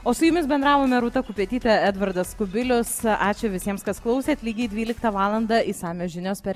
o su jumis bendravome rūta kupetytė edvardas kubilius ačiū visiems kas klausėt lygiai dvyliktą valandą išsamios žinios per